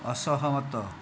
ଅସହମତ